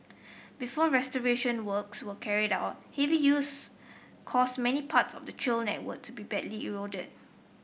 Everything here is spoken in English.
before restoration works were carried out heavy use caused many parts of the trail network to be badly eroded